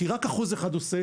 כי רק אחוז אחד עושה,